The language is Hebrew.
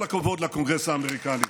כל הכבוד לקונגרס האמריקני.